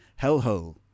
hellhole